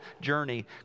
journey